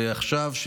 ועכשיו,